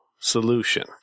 Solution